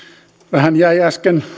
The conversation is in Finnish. vähän jäi äsken